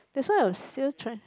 that's why I was still try